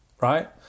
right